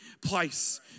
place